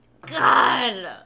god